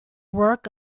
work